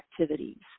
activities